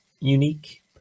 unique